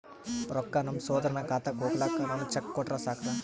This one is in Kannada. ರೊಕ್ಕ ನಮ್ಮಸಹೋದರನ ಖಾತಕ್ಕ ಹೋಗ್ಲಾಕ್ಕ ನಾನು ಚೆಕ್ ಕೊಟ್ರ ಸಾಕ್ರ?